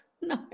No